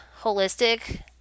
holistic